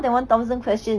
that [one]